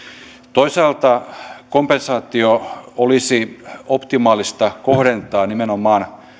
toisaalta kompensaatio olisi optimaalista kohdentaa nimenomaan